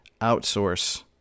outsource